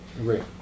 Right